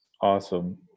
awesome